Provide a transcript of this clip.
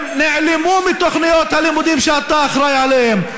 הם נעלמו מתוכניות הלימודים שאתה אחראי להן.